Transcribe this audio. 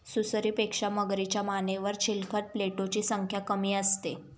सुसरीपेक्षा मगरीच्या मानेवर चिलखत प्लेटोची संख्या कमी असते